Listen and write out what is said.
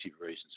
reasons